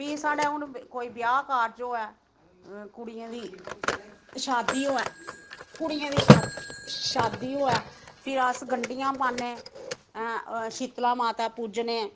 भी साढ़े हून कोई ब्याह् कारज होऐ कुड़ियें दी शादी होऐ कुड़ियें दी शादी होऐ फिर अस गढ़ियां पाने शीतला माता पूजने